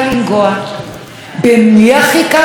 במי הכי קל, שלא נשמע את זעקתם?